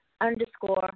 underscore